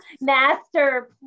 master